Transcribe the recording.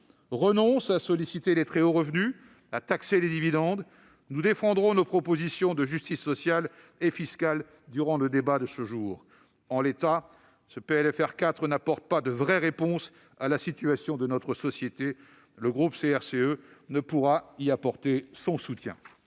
renonce à solliciter les très hauts revenus et à taxer les dividendes. Nous défendrons nos propositions de justice sociale et fiscale, durant le débat de ce jour. En l'état, ce PLFR 4 n'offre pas de vraies réponses à la situation de notre société. Le groupe CRCE ne pourra y apporter son soutien.